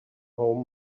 home